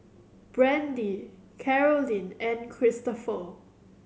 Brandie Carolyn and Christoper